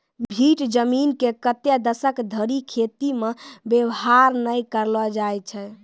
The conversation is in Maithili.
भीठ जमीन के कतै दसक धरि खेती मे वेवहार नै करलो जाय छै